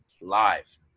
Live